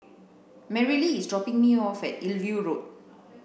Marilee is dropping me off at Hillview Road